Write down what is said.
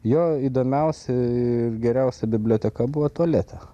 jo įdomiausia ir geriausia biblioteka buvo tualete